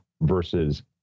versus